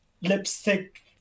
lipstick